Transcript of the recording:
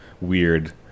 weird